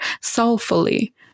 soulfully